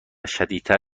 شدیدتر